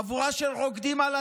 חצי מהעם